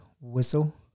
whistle